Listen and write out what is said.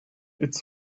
its